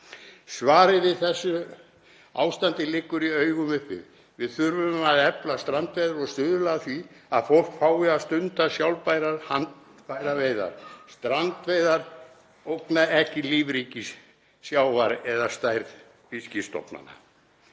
Svarið við þessu ástandi liggur í augum uppi: Við þurfum að efla strandveiðar og stuðla að því að fólk fái að stunda sjálfbærar handfæraveiðar. Strandveiðar ógna ekki lífríki sjávar eða stærð fiskstofnanna.